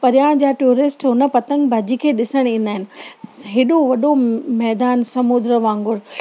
परियां जा टूरिस्ट हुन पतंग बाज़ी खे ॾिसणु ईंदा आहिनि हेॾो वॾो मैदान समुद्र वांगुरु